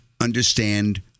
understand